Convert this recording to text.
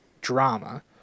Drama